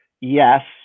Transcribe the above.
yes